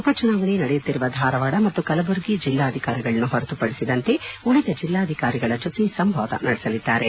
ಉಪಚುನಾವಣೆ ನಡೆಯುತ್ತಿರುವ ಧಾರವಾಡ ಮತ್ತು ಕಲಬುರಗಿ ಜಿಲ್ಲಾಧಿಕಾರಿಗಳನ್ನು ಹೊರತುಪಡಿಸಿದಂತೆ ಉಳಿದ ಜಿಲ್ಲಾಧಿಕಾರಿಗಳ ಜೊತೆ ಸಂವಾದ ನಡೆಸಲಿದ್ದಾರೆ